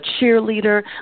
cheerleader